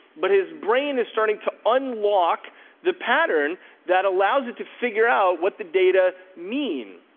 but his brain is starting to unlock the pattern that allows it to figure out what the data mean,